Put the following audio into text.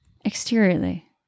exteriorly